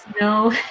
No